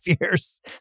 years